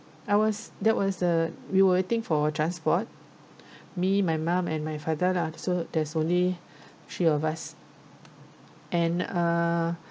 I was that was the we were waiting for transport me my mum and my father lah so there's only three of us and uh